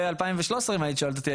ב-2013 אם היית שואלת אותי,